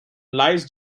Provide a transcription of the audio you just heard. lies